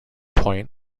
point